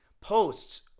posts